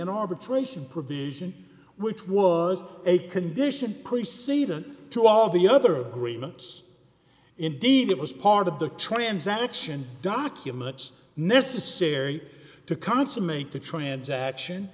arbitration provision which was a condition preceding to all the other agreements indeed it was part of the transaction documents necessary to consummate the transaction